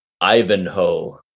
Ivanhoe